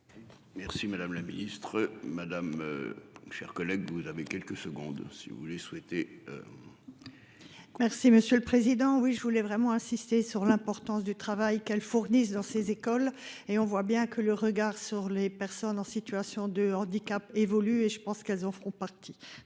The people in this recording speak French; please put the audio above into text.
Merci madame la ministre, madame. Donc, chers collègues, vous avez quelques secondes si vous voulez souhaiter. Merci monsieur le président. Oui, je voulais vraiment insisté sur l'importance du travail qu'elles fournissent dans ces écoles et on voit bien que le regard sur les personnes en situation de handicap évolue et je pense qu'elles en font partie.